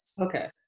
Okay